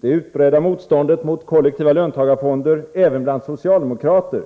Det utbredda motståndet mot kollektiva löntagarfonder även bland socialdemokrater